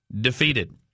defeated